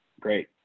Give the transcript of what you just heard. great